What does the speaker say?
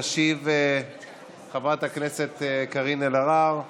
תשיב חברת הכנסת קארין אלהרר.